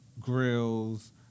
grills